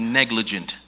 negligent